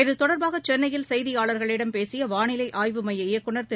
இதுதொடர்பாக சென்னையில் செய்தியாளர்களிடம் பேசிய வாளிலை ஆய்வு எமய இயக்குநர் திரு